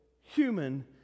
human